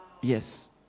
Yes